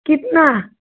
कितना